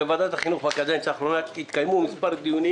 בקדנציה האחרונה התקיימו מספר דיונים